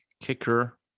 kicker